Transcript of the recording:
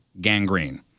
gangrene